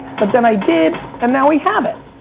but then i did, and now we have it.